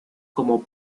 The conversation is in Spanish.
como